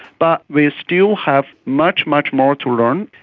but we still have much, much more to learn.